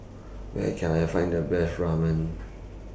Where Can I Find The Best Ramen